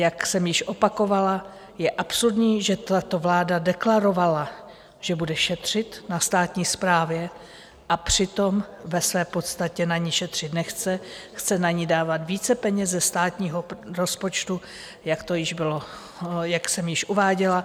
Jak jsem již opakovala, je absurdní, že tato vláda deklarovala, že bude šetřit na státní správě, a přitom ve své podstatě na ní šetřit nechce, chce na ni dávat více peněz ze státního rozpočtu, jak jsem již uváděla.